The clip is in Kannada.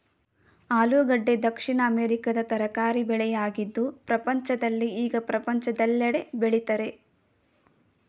ಆಲೂಗೆಡ್ಡೆ ದಕ್ಷಿಣ ಅಮೆರಿಕದ ತರಕಾರಿ ಬೆಳೆಯಾಗಿದ್ದು ಪ್ರಪಂಚದಲ್ಲಿ ಈಗ ಪ್ರಪಂಚದೆಲ್ಲೆಡೆ ಬೆಳಿತರೆ